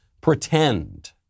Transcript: pretend